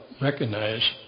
recognize